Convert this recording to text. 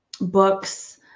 books